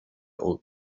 old